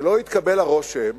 כדי שלא יתקבל הרושם